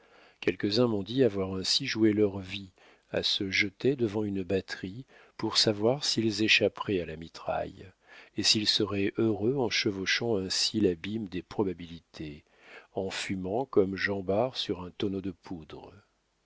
quelques-uns m'ont dit avoir ainsi joué leur vie à se jeter devant une batterie pour savoir s'ils échapperaient à la mitraille et s'ils seraient heureux en chevauchant ainsi l'abîme des probabilités en fumant comme jean bart sur un tonneau de poudre